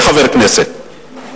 כחבר כנסת.